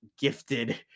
gifted